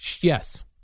Yes